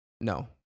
No